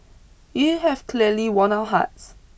you have clearly won our hearts